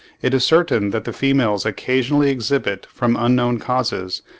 it is certain that the females occasionally exhibit, from unknown causes,